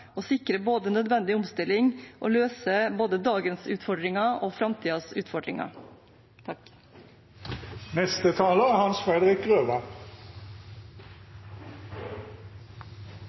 sikre nødvendig omstilling og løse både dagens utfordringer og framtidens utfordringer.